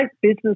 business